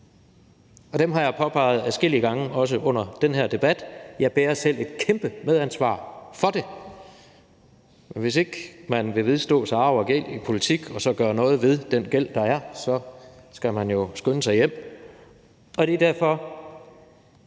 Og det har jeg påpeget adskillige gange, også under den her debat. Jeg bærer selv et kæmpe medansvar for det, og hvis man ikke vil vedstå sig arv og gæld i politik og så gøre noget ved den gæld, der er, så skal man jo skynde sig hjem. Det er derfor,